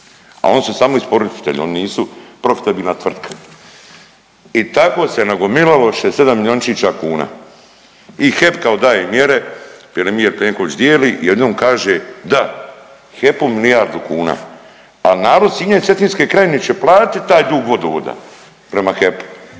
a on su samo isporučitelji, oni nisu profitabilna tvrtka i tako se nagomilalo 67 milijončića kuna i HEP kao daje mjere, premijer Plenković dijeli i jednom kaže da HEP-u milijardu kuna, a narod Sinja i Cetinske krajine će platit taj dug vodovoda prema HEP-u.